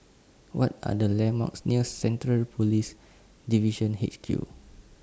What Are The landmarks near Central Police Division H Q